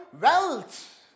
wealth